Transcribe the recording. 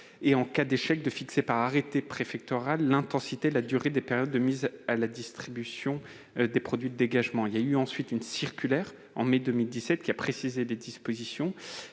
et, en cas d'échec, de fixer par arrêté l'intensité et la durée des périodes de mise à la distribution des produits de dégagement. Une circulaire de mai 2017 a précisé ces dispositions.